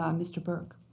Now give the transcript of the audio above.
um mr. burke.